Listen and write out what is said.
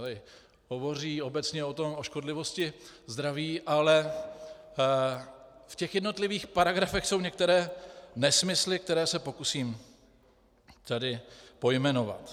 Tady hovoří obecně o škodlivosti zdraví, ale v jednotlivých paragrafech jsou některé nesmysly, které se pokusím tady pojmenovat.